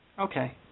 Okay